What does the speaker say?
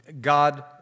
God